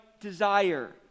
desire